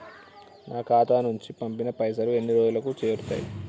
నా ఖాతా నుంచి పంపిన పైసలు ఎన్ని రోజులకు చేరుతయ్?